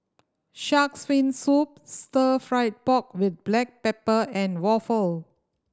Shark's Fin Soup Stir Fried Pork With Black Pepper and waffle